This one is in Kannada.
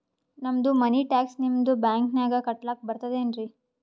ನಮ್ದು ಮನಿ ಟ್ಯಾಕ್ಸ ನಿಮ್ಮ ಬ್ಯಾಂಕಿನಾಗ ಕಟ್ಲಾಕ ಬರ್ತದೇನ್ರಿ?